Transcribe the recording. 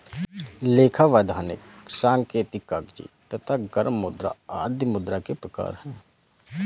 लेखा, वैधानिक, सांकेतिक, कागजी तथा गर्म मुद्रा आदि मुद्रा के प्रकार हैं